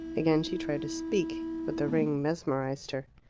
again she tried to speak. but the ring mesmerized her.